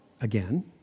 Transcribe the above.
again